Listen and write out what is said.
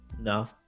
no